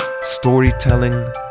storytelling